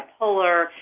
bipolar